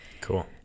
Cool